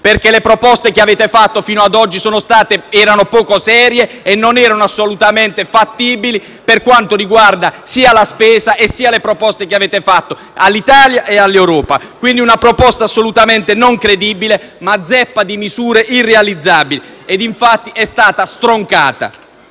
Perché le proposte che avete fatto fino a oggi erano poco serie e non erano assolutamente fattibili, per quanto riguarda sia la spesa, sia le misure che avete presentato all'Italia e all'Europa. Quindi una proposta assolutamente non credibile, ma zeppa di misure irrealizzabili; e infatti è stata stroncata.